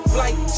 Flight